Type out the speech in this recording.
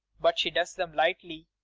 but she does them lightly.